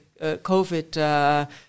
COVID